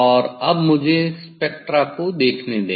और अब मुझे स्पेक्ट्रा को देखने दे